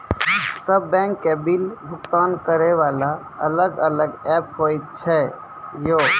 सब बैंक के बिल भुगतान करे वाला अलग अलग ऐप्स होय छै यो?